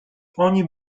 oni